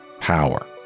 power